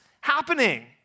happening